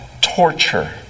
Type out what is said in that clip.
torture